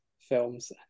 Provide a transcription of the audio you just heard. films